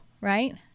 right